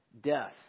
death